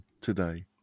today